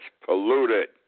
polluted